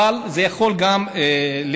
אבל זה יכול גם לסמן.